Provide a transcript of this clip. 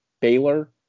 Baylor